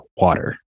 water